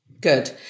Good